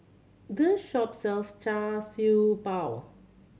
this shop sells Char Siew Bao